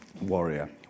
Warrior